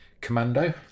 commando